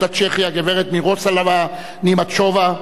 הצ'כי הגברת מירוסלאבה נימצ'ובה,